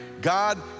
God